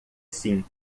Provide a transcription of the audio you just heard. sim